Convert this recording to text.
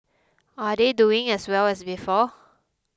are they doing as well as before